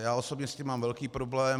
Já osobně s tím mám velký problém.